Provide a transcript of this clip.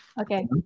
Okay